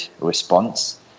response